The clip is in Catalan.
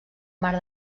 mar